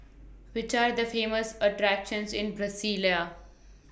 Which Are The Famous attractions in Brasilia